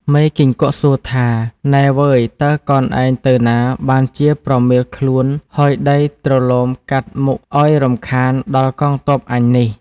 មេគីង្គក់សួរថា “ នែវ៉ឺយតើកនឯងទៅណាបានជា ប្រមៀលខ្លួនហុយដីទលោមកាត់មុខឱ្យរំខានដល់កងទ័ពអញនេះ? ” ។